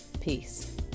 Peace